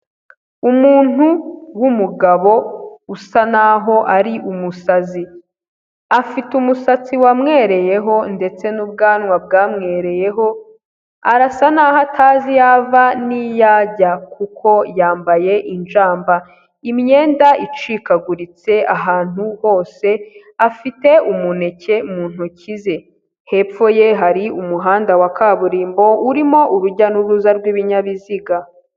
Umuntu w'umugabo usa naho ari umusazi, afite umusatsi wamwereyeho ndetse n'ubwanwa bwamwereyeho, arasa naho atazi iyo ava n'iyajya kuko yambaye injamba imyenda icikaguritse ahantu hose, afite umuneke mu ntoki ze, hepfo ye hari umuhanda wa kaburimbo urimo urujya n'uruza rw'ibinyabiziga.